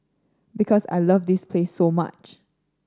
because I love this place so much